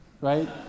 Right